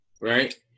Right